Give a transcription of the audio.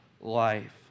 life